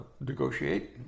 negotiate